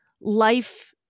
life